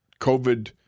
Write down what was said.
covid